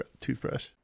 toothbrush